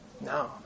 No